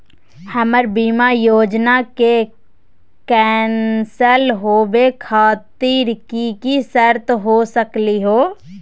हमर बीमा योजना के कैन्सल होवे खातिर कि कि शर्त हो सकली हो?